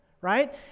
right